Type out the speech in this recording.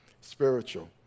Spiritual